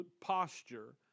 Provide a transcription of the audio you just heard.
posture